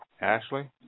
Ashley